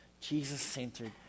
Jesus-centered